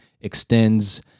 extends